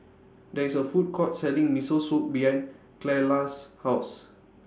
There IS A Food Court Selling Miso Soup behind Clella's House